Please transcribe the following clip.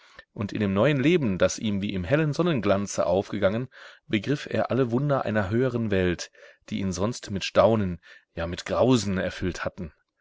und in dem neuen leben das ihm wie im hellen sonnenglanze aufgegangen begriff er alle wunder einer höheren welt die ihn sonst mit staunen ja mit grausen erfüllt hatten